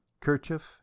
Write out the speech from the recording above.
kerchief